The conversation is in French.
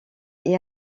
est